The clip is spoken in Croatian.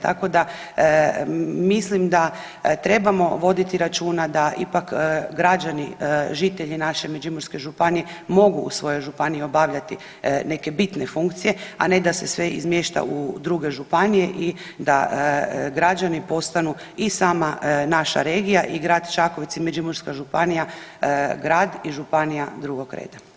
Tako da mislim da trebamo voditi računa da ipak građani žitelji naše Međimurske županije mogu u svojoj županiji obavljati neke bitne funkcije, a ne da se sve izmješta u druge županije i da građani postanu i sama naša regija i grad Čakovec i Međimurska županija grad i županija drugog reda.